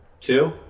Two